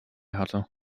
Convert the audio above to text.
hatte